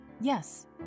Yes